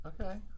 Okay